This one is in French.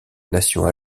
nation